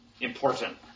important